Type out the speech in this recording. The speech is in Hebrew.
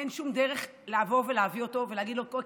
אין שום דרך לבוא ולהביא אותו ולהגיד לו: אוקיי,